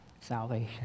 salvation